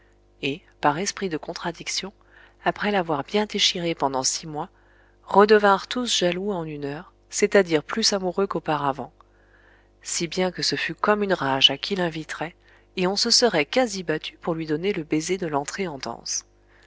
et par esprit de contradiction après l'avoir bien déchirée pendant six mois redevinrent tous jaloux en une heure c'est-à-dire plus amoureux qu'auparavant si bien que ce fut comme une rage à qui l'inviterait et on se serait quasi battu pour lui donner le baiser de l'entrée en danse